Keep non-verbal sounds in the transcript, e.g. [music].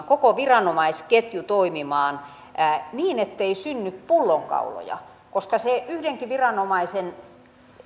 [unintelligible] koko viranomaisketju toimimaan niin ettei synny pullonkauloja koska se yhdenkin viranomaisen